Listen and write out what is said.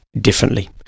differently